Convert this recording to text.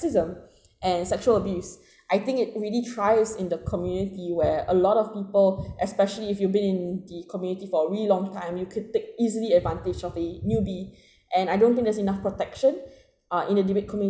sexism and sexual abuse I think it really trials in the community where a lot of people especially if you've been in the community for a really long time you could take easily advantage of a newbie and I don't think there's enough protection uh in a debate community